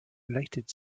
related